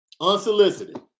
Unsolicited